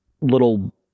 little